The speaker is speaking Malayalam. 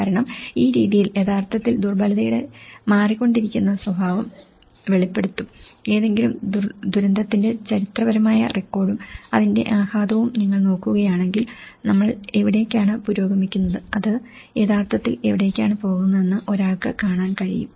കാരണം ഈ രീതികൾ യഥാർത്ഥത്തിൽ ദുർബലതയുടെ മാറിക്കൊണ്ടിരിക്കുന്ന സ്വഭാവം വെളിപ്പെടുത്തും ഏതെങ്കിലും ദുരന്തത്തിന്റെ ചരിത്രപരമായ റെക്കോർഡും അതിന്റെ ആഘാതവും നിങ്ങൾ നോക്കുകയാണെങ്കിൽ നമ്മൾ എവിടേക്കാണ് പുരോഗമിക്കുന്നത് അത് യഥാർത്ഥത്തിൽ എവിടേക്കാണ് പോകുന്നതെന്ന് ഒരാൾക്ക് കാണാൻ കഴിയും